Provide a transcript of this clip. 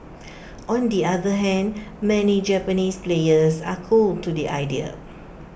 on the other hand many Japanese players are cool to the idea